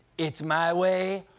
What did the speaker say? it's my way,